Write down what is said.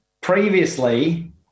previously